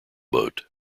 boat